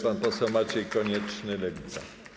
Pan poseł Maciej Konieczny, Lewica.